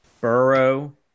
Burrow